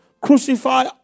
Crucify